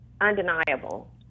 undeniable